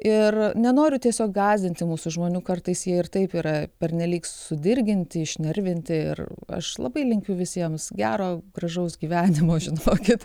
ir nenoriu tiesiog gąsdinti mūsų žmonių kartais jie ir taip yra pernelyg sudirginti išnervinti ir aš labai linkiu visiems gero gražaus gyvenimo žinokit